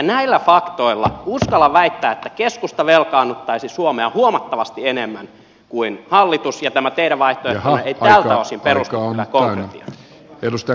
näillä faktoilla uskallan väittää että keskusta velkaannuttaisi suomea huomattavasti enemmän kuin hallitus ja tämä teidän vaihtoehtonne ei tältä osin perustu kyllä konkretiaan